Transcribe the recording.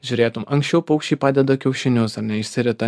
žiūrėtum anksčiau paukščiai padeda kiaušinius ar ne išsirita